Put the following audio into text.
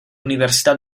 università